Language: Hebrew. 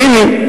והנה,